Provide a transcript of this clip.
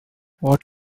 what